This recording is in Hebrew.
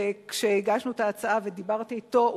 כשהגשנו את ההצעה ודיברתי אתו,